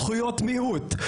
זכויות מיעוט,